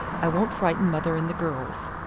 i won't frighten mother and the girls.